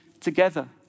together